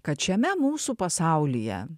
kad šiame mūsų pasaulyje